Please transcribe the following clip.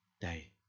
day